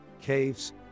caves